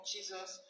Jesus